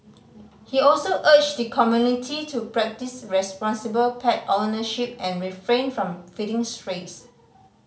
he also urged the community to practise responsible pet ownership and refrain from feeding strays